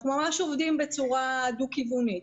אנחנו ממש עובדים בצורה דו כיוונית.